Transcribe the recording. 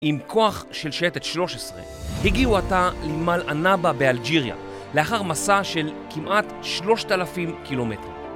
עם כוח של שייטת 13, הגיעו עתה למעל ענבה באלג'יריה, לאחר מסע של כמעט 3,000 קילומטרים.